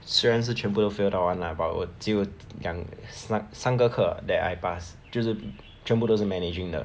虽然是全部都 fail 到完 lah but 我只有两三个课 that I pass 就是全部都是 managing 的